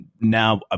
now